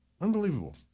Unbelievable